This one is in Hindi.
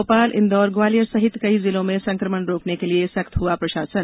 भोपाल इंदौर ग्वालियर सहित कई जिलों में संकमण रोकने के लिए सख्त हुआ प्रशासन